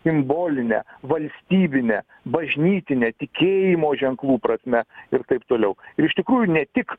simboline valstybine bažnytine tikėjimo ženklų prasme ir taip toliau ir iš tikrųjų ne tik